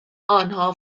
آنها